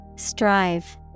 Strive